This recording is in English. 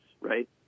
right